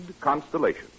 Constellation